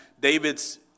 David's